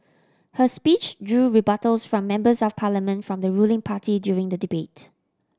her speech drew rebuttals from Members of Parliament from the ruling party during the debate